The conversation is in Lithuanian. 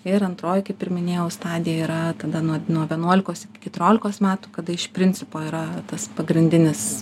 ir antroji kaip ir minėjau stadija yra tada nuo nuo vienuolikos iki keturiolikos metų kada iš principo yra tas pagrindinis